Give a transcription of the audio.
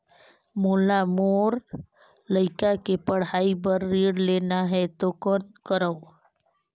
मोला मोर लइका के पढ़ाई बर ऋण लेना है तो कौन करव?